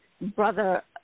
brother